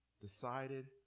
decided